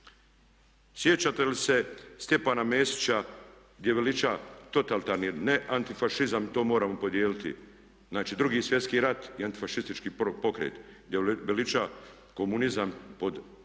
Sjećate li se Stjepana Mesića gdje veliča totalitarni ne antifašizam, to moramo podijeliti, znači Drugi svjetski rat i antifašistički pokret, gdje veliča komunizam pod